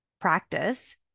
practice